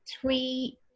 three